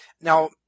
now